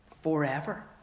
forever